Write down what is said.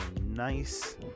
nice